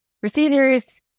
procedures